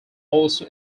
also